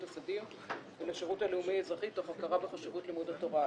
הסדיר ולשירות הלאומי האזרחי תוך הכרה בחשיבות לימוד התורה.